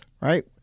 right